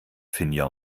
finja